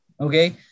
Okay